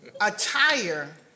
attire